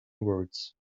words